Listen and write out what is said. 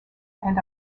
and